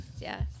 Yes